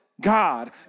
God